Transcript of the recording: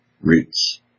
roots